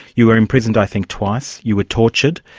you were imprisoned i think twice, you were tortured,